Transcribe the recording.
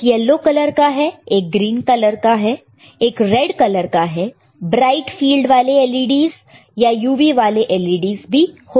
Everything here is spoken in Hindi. एक येलो कलर का है एक ग्रीन कलर का है एक रेड कलर का है ब्राइट फीलड वाले LEDs या UV वाले LEDs भी हो सकते हैं